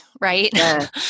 Right